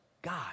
God